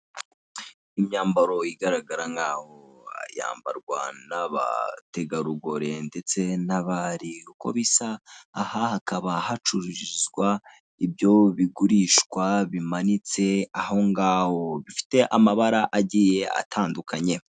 Imyambaro igaragara nkaho yambarwa n'abategarugori ndetse n'abari uko bisa aha hakaba hacururizwa ibyo bigurishwa bimanitse aho ngaho bifite amabara agiye atandukanye.